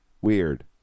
Weird